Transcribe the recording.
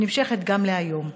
שנמשכת גם היום: